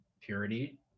purity